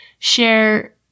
share